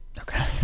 Okay